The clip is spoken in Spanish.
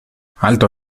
alto